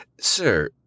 Sir